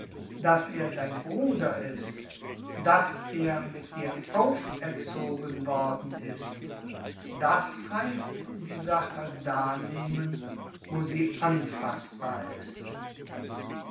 daß er dein bruder ist daß er mit dir auferzogen worden ist das heißt die sache da nehmen wo sie anfaßbar ist